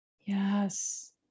Yes